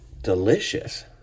delicious